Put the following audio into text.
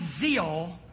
zeal